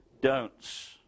don'ts